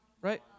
right